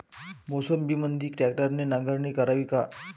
मोसंबीमंदी ट्रॅक्टरने नांगरणी करावी का?